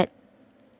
that